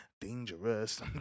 Dangerous